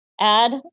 add